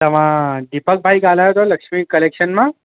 तवां दीपक भाई ॻाल्हायो था लक्ष्मी कलेक्शन मां